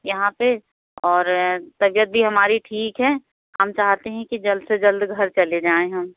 यहाँ पर और तबीयत भी हमारी ठीक है हम चाहते हैं कि जल्द से जल्द घर चले जाएँ हम